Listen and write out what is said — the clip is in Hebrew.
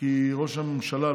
כי ראש הממשלה,